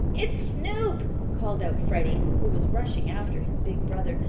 it's snoop! called out freddie, who was rushing after his big brother.